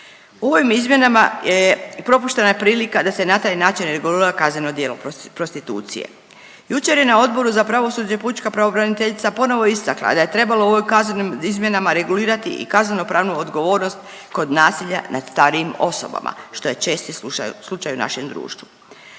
U ovim izmjenama propuštena je prilika da se na taj način regulira kazneno djelo prostitucije. Jučer je na Odboru za pravosuđe pučka pravobraniteljica ponovo istakla da je trebalo u ovim kaznenim izmjenama regulirati i kazneno-pravnu odgovornost kod nasilja nad starijim osobama što je česti slučaj u našem društvu.